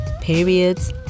periods